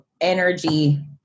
energy